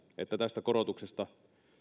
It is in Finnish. että tästä korotuksesta